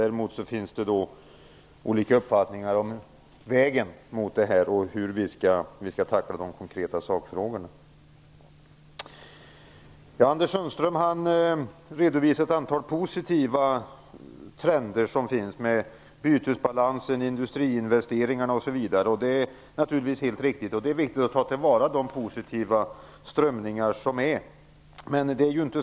Däremot har vi olika uppfattningar om vilken väg man skall välja och hur vi skall tackla de konkreta sakfrågorna. Anders Sundström redovisar ett antal positiva trender i bytesbalansen, industriinvesteringarna osv. Det är naturligtvis viktigt att ta till vara de positiva strömningar som finns.